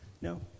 No